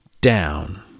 down